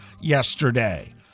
yesterday